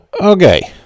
Okay